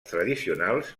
tradicionals